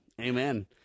Amen